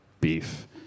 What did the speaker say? beef